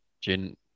Jin